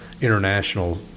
international